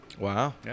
Wow